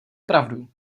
pravdu